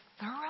thorough